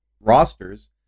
rosters